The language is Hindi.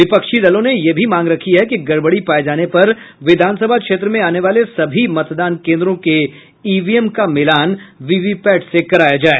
विपक्षी दलों ने ये भी मांग रखी है कि गड़बड़ी पाये जाने पर विधानसभा क्षेत्र में आने वाले सभी मतदान केन्द्रों के ईवीएम का मिलान वीवीपैट से कराया जाए